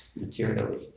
materially